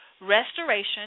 restoration